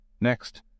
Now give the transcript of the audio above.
Next